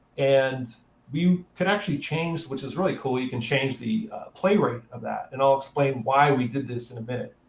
and we can actually change which is really cool you can change the play rate of that. and i'll explain why we did this in a minute.